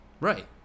right